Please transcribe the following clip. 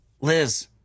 Liz